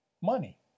money